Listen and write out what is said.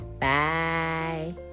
Bye